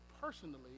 personally